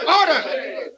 Order